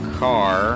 car